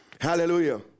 Hallelujah